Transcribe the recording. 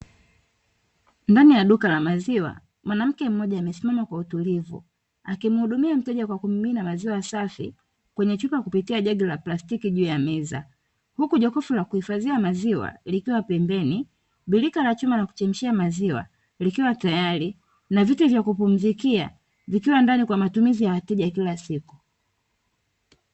Ndani ya duka la maziwa mwanamke mmoja amesimama kwa utulivu akimuhudumia mteja kwa kuminina maziwa safi kwenye chupa kupitia jagi la plastiki juu ya meza, huku jokofu la kuhifadhia maziwa likiwa pembeni, birika la chuma la kuchemshia maziwa likiwa tayari na viti vya kupumzikia vikiwa ndani kwa matumizi ya wateja ya kila siku.